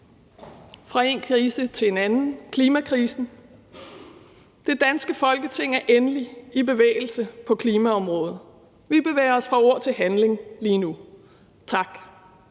Fra én krise til anden: Klimakrisen. Det danske Folketing er endelig i bevægelse på klimaområdet. Vi bevæger fra ord til handling lige nu. Tak,